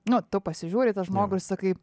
nu tu pasižiūri į tą žmogų ir sakai